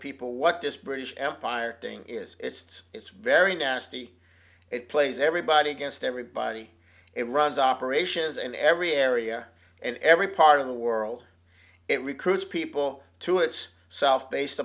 people what this british empire thing is it's it's very nasty it plays everybody against everybody it runs operations in every area and every part of the world it recruits people to its self based